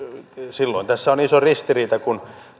silloin tässä on iso ristiriita kun